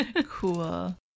Cool